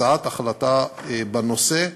הצעת החלטה בנושא,